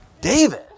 David